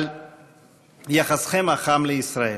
על יחסכם החם לישראל.